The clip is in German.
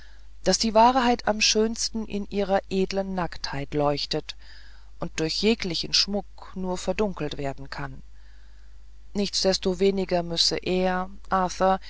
daß die wahrheit am schönsten in ihrer edlen nacktheit leuchtet und durch jeglichen schmuck nur verdunkelt werden kann nichtsdestoweniger müsse er